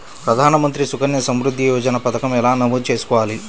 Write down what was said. ప్రధాన మంత్రి సుకన్య సంవృద్ధి యోజన పథకం ఎలా నమోదు చేసుకోవాలీ?